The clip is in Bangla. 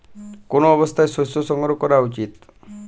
কোন অবস্থায় শস্য সংগ্রহ করা উচিৎ?